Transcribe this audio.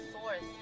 source